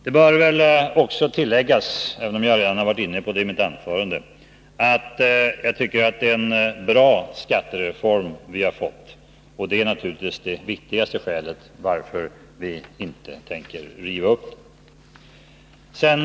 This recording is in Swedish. Det bör väl också tilläggas, även om jag redan har varit inne på det i mitt tidigare anförande, att jag tycker att det är en bra skattereform som vi har fått. Det är naturligtvis det viktigaste skälet till varför vi inte tänker riva upp den.